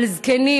על זקנים,